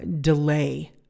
delay